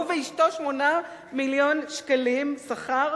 הוא ואשתו 8 מיליון שקלים שכר,